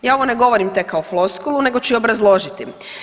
Ja ovo ne govorim tek kao floskulu nego ću i obrazložiti.